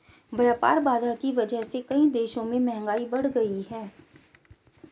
व्यापार बाधा की वजह से कई देशों में महंगाई बढ़ गयी है